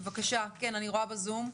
כן, אני רואה בזום.